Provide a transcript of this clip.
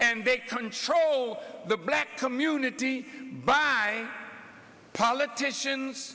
and they control the black community by politicians